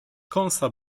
kąsa